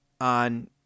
on